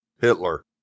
Hitler